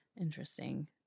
Interesting